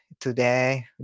today